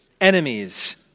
enemies